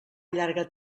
llarga